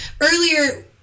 earlier